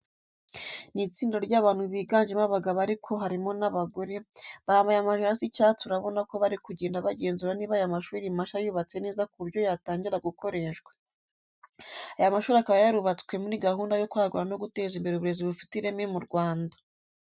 Ni itsinda ry'abantu biganjemo abagabo ariko harimo n'abagore, bambaye amajire asa icyatsi urabona ko bari kugenda bagenzura niba aya mashuri mashya yubatse neza ku buryo yatangira gukoreshwa. Aya mashuri akaba yarubatswe muri gahunda yo kwagura no guteza imbere uburezi bufite ireme mu Rwanda.